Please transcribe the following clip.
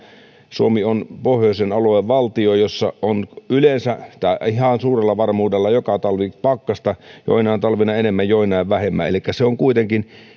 suomi on pohjoisen alueen valtio jossa on ihan suurella varmuudella joka talvi pakkasta joinain talvina enemmän joinain vähemmän elikkä se on kuitenkin